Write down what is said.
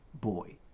boy